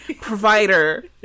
provider